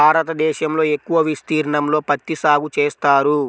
భారతదేశంలో ఎక్కువ విస్తీర్ణంలో పత్తి సాగు చేస్తారు